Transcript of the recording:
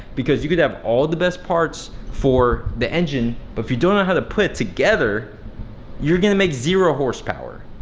because you could have all the best parts for the engine, but if you don't know how to put it together you're gonna make zero horsepower.